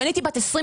כשאני הייתי בת 22,